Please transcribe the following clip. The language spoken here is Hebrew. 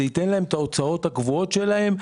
זה ייתן להם את ההוצאות הקבועות שלהם,